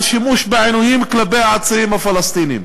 על שימוש בעינויים כלפי עצירים פלסטינים.